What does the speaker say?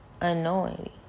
Unknowingly